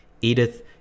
Edith